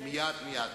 מייד.